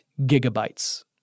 gigabytes